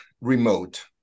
remote